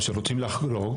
שרוצים לחרוג.